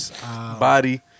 Body